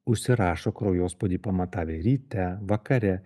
užsirašo kraujospūdį pamatavę ryte vakare